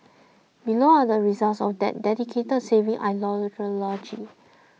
below are the results of that dedicated saving ideology